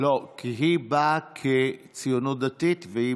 היא באה כציונות דתית.